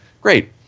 Great